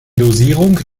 dosierung